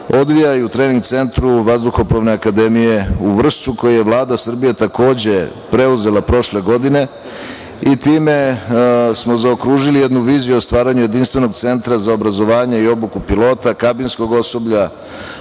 odvijaju u Trening centru Vazduhoplovne akademije u Vršcu koji je Vlada Srbije takođe preuzela prošle godine i time smo zaokružili jednu viziju o stvaranju jedinstvenog centra za obrazovanje i obuku pilota, kabinskog osoblja,